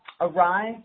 arrived